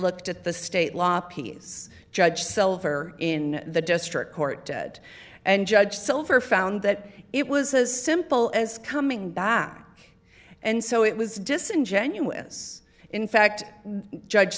looked at the state law p s judge silver in the district court did and judge silver found that it was as simple as coming back and so it was disingenuous in fact judge